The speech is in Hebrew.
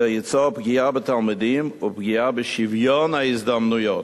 ייצור פגיעה בתלמידים ופגיעה בשוויון ההזדמנויות.